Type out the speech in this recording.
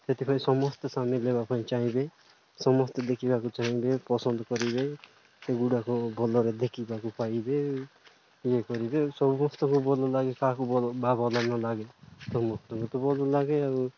ସେଥିପାଇଁ ସମସ୍ତେ ସାମିଲ ହେବା ପାଇଁ ଚାହିଁବେ ସମସ୍ତେ ଦେଖିବାକୁ ଚାହିଁବେ ପସନ୍ଦ କରିବେ ସେଗୁଡ଼ାକ ଭଲରେ ଦେଖିବାକୁ ପାଇବେ ଇଏ କରିବେ ସମସ୍ତଙ୍କୁ ଭଲ ଲାଗେ କାହାକୁ ବା ଭଲ ନ ଲାଗେ ସମସ୍ତଙ୍କୁ ତ ଭଲ ଲାଗେ ଆଉ